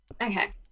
Okay